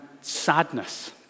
sadness